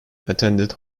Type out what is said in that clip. attended